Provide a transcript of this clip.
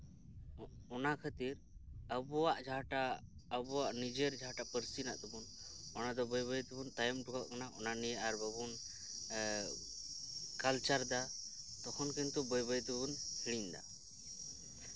ᱚᱱᱟ ᱠᱷᱟᱹᱛᱤᱨ ᱟᱵᱚᱣᱟᱜ ᱡᱟᱦᱟᱸᱴᱟᱜ ᱱᱤᱡᱮᱨ ᱡᱟᱦᱟᱸᱴᱟᱜ ᱯᱟᱹᱨᱥᱤ ᱢᱮᱱᱟᱜ ᱛᱟᱵᱚᱱ ᱚᱱᱟᱫᱚ ᱵᱟᱹᱭ ᱵᱟᱹᱭ ᱛᱮᱵᱚᱱ ᱛᱟᱭᱚᱢ ᱦᱚᱴᱚ ᱠᱟᱜ ᱠᱟᱱᱟ ᱚᱱᱟ ᱱᱤᱭᱮ ᱟᱨ ᱵᱟᱵᱚᱱ ᱠᱟᱞᱪᱟᱨ ᱮᱫᱟ ᱛᱚᱠᱷᱟᱱ ᱠᱤᱱᱛᱩ ᱵᱟᱹᱭ ᱵᱟᱹᱭ ᱛᱮᱵᱚᱱ ᱦᱤᱲᱤᱧ ᱫᱟ